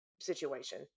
situation